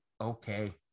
okay